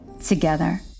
together